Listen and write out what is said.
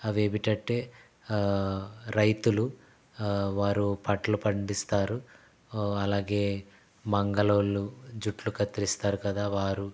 అవేమిటంటే రైతులు వారు పంటలు పండిస్తారు అలాగే మంగలోళ్ళు జుట్లు కత్తిరిస్తారు కదా వారు